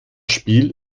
spiel